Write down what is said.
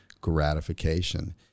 gratification